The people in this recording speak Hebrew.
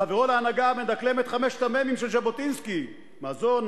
חברו להנהגה מדקלם את חמשת המ"מים של ז'בוטינסקי: מזון,